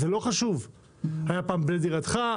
בנה דירתך,